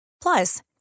Plus